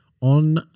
on